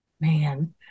man